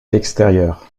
l’extérieur